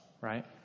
right